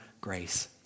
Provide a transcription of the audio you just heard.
grace